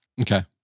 Okay